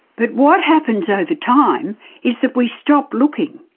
but what happens over time is that we stop looking.